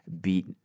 beat